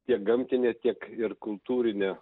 tiek gamtine tiek ir kultūrine